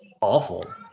awful